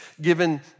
given